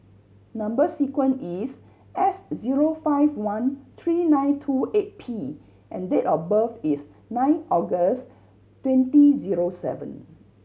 number sequence is S zero five one three nine two eight P and date of birth is nine August twenty zero seven